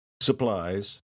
supplies